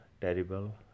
terrible